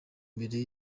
imbere